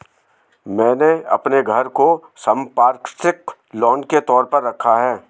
मैंने अपने घर को संपार्श्विक लोन के तौर पर रखा है